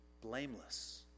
Blameless